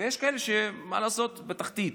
ויש כאלה שמה לעשות, בתחתית.